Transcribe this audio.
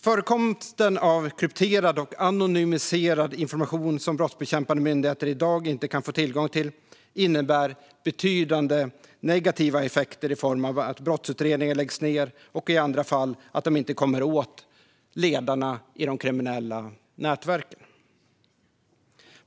Förekomsten av krypterad och anonymiserad information som brottsbekämpande myndigheter i dag inte kan få tillgång till innebär betydande negativa effekter i form av att brottsutredningar läggs ned. I andra fall kommer de inte åt ledarna i de kriminella nätverken.